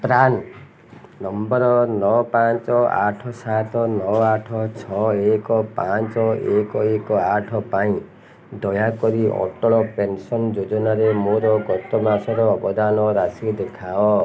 PRAN number ନଅ ପାଞ୍ଚ ଆଠ ସାତ ନଅ ଆଠ ଛଅ ଏକ ପାଞ୍ଚ ଏକ ଏକ ଆଠ ପାଇଁ ଦୟାକରି ଅଟଳ ପେନ୍ସନ୍ ଯୋଜନାରେ ମୋର ଗତ ମାସର ଅବଦାନ ରାଶି ଦେଖାଅ